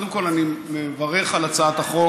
קודם כול אני מברך על הצעת החוק,